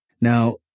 Now